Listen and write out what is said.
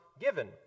given